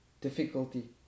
difficulty